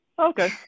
Okay